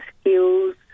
skills